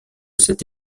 cet